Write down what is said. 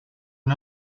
une